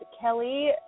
Kelly